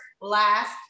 last